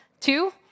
Two